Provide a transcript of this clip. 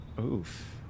Oof